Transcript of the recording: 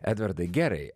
edvardai gerai